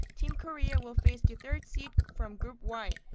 team korea will face the third seed from group y,